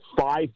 five